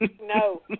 No